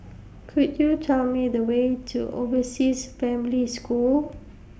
Could YOU Tell Me The Way to Overseas Family School